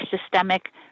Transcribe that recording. systemic